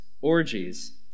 orgies